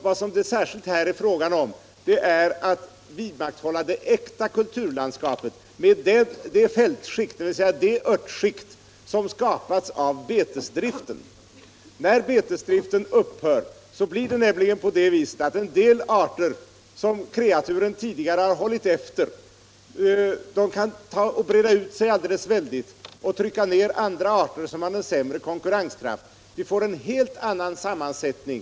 Vad det särskilt gäller är att vidmakthålla det äkta kulturlandskapet, med det örtskikt som skapas av betesdriften. När betesdriften upphör blir det nämligen på det viset, att en del arter som kreaturen tidigare har hållit efter kan breda ut sig och förkväva andra arter med sämre konkurrenskraft, så att floran får en helt annan sammansättning.